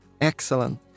Excellent